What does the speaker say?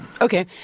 Okay